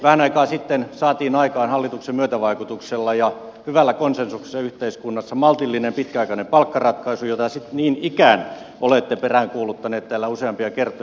vähän aikaa sitten saatiin aikaan hallituksen myötävaikutuksella ja hyvällä konsensuksella yhteiskunnassa maltillinen pitkäaikainen palkkaratkaisu jota niin ikään olette peräänkuuluttaneet täällä useampia kertoja